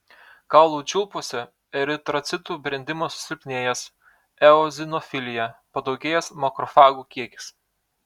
kaulų čiulpuose eritrocitų brendimas susilpnėjęs eozinofilija padaugėjęs makrofagų kiekis